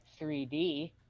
3D